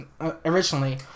originally